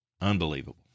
Unbelievable